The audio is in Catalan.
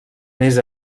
més